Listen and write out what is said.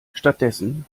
stattdessen